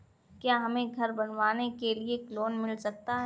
क्या हमें घर बनवाने के लिए लोन मिल सकता है?